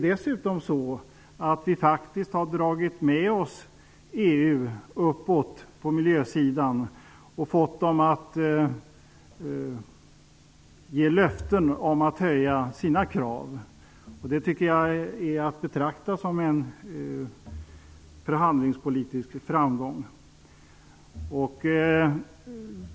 Dessutom har vi faktiskt dragit med oss EU uppåt på miljösidan och fått dem att avge löften om att de skall höja sina krav. Det tycker jag är att betrakta som en förhandlingspolitisk framgång.